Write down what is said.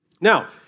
Now